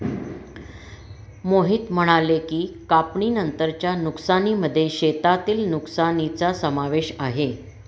मोहित म्हणाले की, कापणीनंतरच्या नुकसानीमध्ये शेतातील नुकसानीचा समावेश आहे